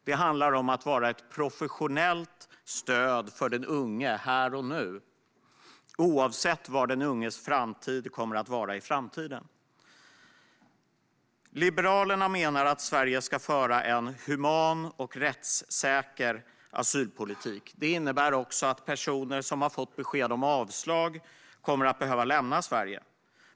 Det handlar om att vara ett professionellt stöd för den unge här och nu, oavsett var någonstans den unge kommer att ha sin framtid. Liberalerna menar att Sverige ska föra en human och rättssäker asylpolitik. Det innebär också att personer som har fått besked om avslag kommer att behöva lämna Sverige.